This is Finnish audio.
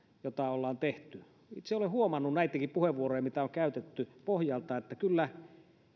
jota ollaan tehty itse olen huomannut näiden puheenvuorojen pohjalta mitä on käytetty että kyllä